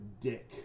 dick